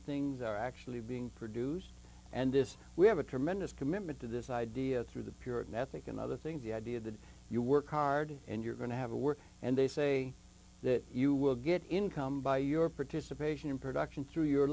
things are actually be produced and this we have a tremendous commitment to this idea through the puritan ethic another thing the idea that if you work hard and you're going to have a work and they say that you will get income by your participation in production through your